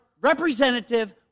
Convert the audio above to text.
representative